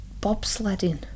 bobsledding